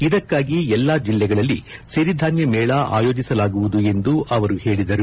ಇದಕ್ಕಾಗಿ ಎಲ್ಲಾ ಜಿಲ್ಲೆಗಳಲ್ಲಿ ಸಿರಿಧಾನ್ಯ ಮೇಳ ಆಯೋಜಿಸಲಾಗುವುದು ಎಂದು ಅವರು ಹೇಳಿದರು